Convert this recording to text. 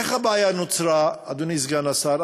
איך הבעיה נוצרה, אדוני סגן השר?